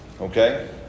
Okay